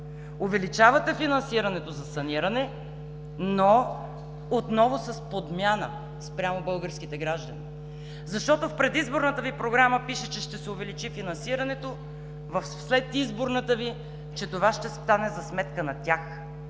увеличавате финансирането за саниране, но отново с подмяна спрямо българските граждани. Защото в предизборната Ви програма пише, че ще се увеличи финансирането, в следизборната Ви – че това ще стане за сметка на тях,